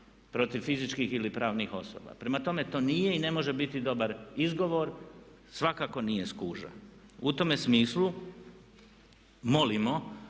protiv fizičkih ili pravnih osoba. Prema tome, to nije i ne može biti dobar izgovor, svakako nije skuža. U tome smislu molimo